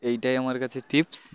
এইটাই আমার কাছে টিপস